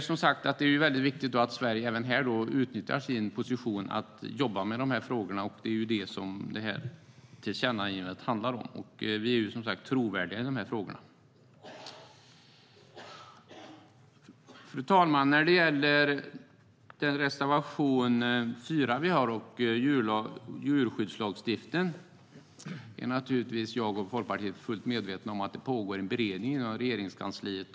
Det är viktigt att Sverige även här utnyttjar sin position och jobbar med dessa frågor, vilket tillkännagivandet handlar om. Vi är som sagt trovärdiga på det här området. Fru talman! När det gäller reservation 4 och djurskyddslagstiftningen är jag och Folkpartiet naturligtvis fullt medvetna om att det pågår en beredning i Regeringskansliet.